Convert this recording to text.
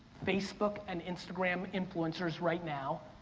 facebook and instagram influencers right now,